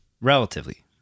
Relatively